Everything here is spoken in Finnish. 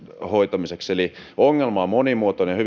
hoitamiseksi eli ongelma on monimuotoinen